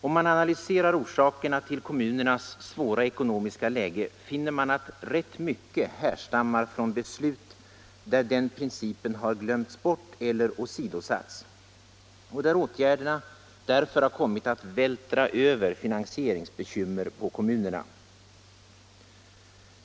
Om man analyserar orsakerna till kommunernas svåra ekonomiska läge, finner man att rätt mycket härstammar från beslut där den här nämnda principen har glömts bort eller åsidosatts och där åtgärderna därför har kommit att vältra över finansieringsbekymmer på kommunerna.